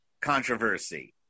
controversy